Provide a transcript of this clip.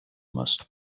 must